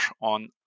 on